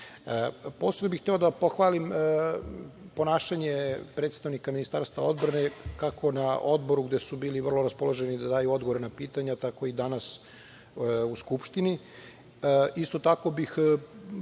bih hteo da pohvalim ponašanje predstavnika Ministarstva odbrane kako na Odboru, gde su bili vrlo raspoloženi da daju odgovor na pitanja, tako i danas u Skupštini. Isto tako bih